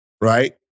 right